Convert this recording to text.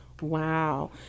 Wow